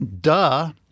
duh